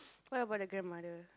what about the grandmother